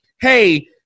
hey